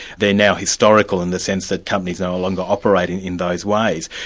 they're now historical, in the sense that companies no longer operate in in those ways.